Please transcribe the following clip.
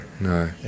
no